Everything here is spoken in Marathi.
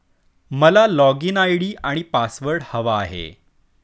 मला लॉगइन आय.डी आणि पासवर्ड हवा आहे